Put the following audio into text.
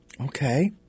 Okay